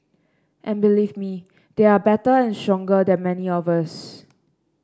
and believe me they are better and stronger than many of us